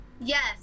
Yes